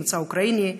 ממוצא אוקראיני,